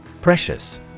Precious